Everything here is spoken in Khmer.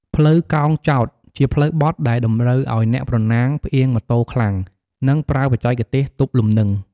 ផ្លូវកោងចោត ជាផ្លូវបត់ដែលតម្រូវឲ្យអ្នកប្រណាំងផ្អៀងម៉ូតូខ្លាំង និងប្រើបច្ចេកទេសទប់លំនឹង។